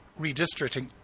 Redistricting